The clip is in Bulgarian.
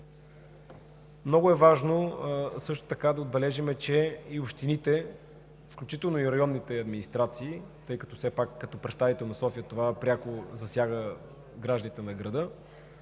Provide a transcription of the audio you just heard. Много важно е също така да отбележим, че и общините, включително и районните администрации, тъй като все пак като представител на София това пряко засяга гражданите на града,